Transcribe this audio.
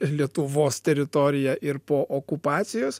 lietuvos teritoriją ir po okupacijos